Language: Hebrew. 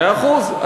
מאה אחוז.